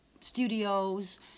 studios